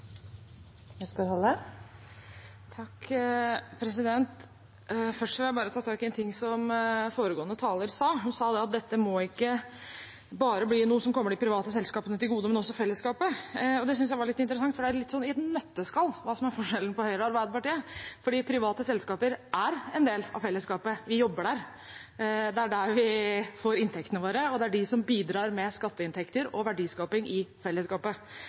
Først vil jeg bare ta tak i en ting som foregående taler sa. Hun sa at dette ikke må bli noe som bare kommer de private selskapene, men også fellesskapet. til gode. Det syntes jeg var litt interessant, og det viser litt av hva som er forskjellen på Høyre og Arbeiderpartiet i et nøtteskall, for private selskaper er en del av fellesskapet. Vi jobber der, det er der vi får inntektene våre, og det er de som bidrar med skatteinntekter og verdiskaping til fellesskapet.